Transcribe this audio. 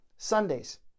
Sundays